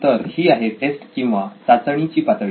तर ही आहे टेस्ट किंवा चाचणी ची पातळी